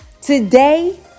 today